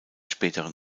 späteren